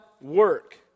work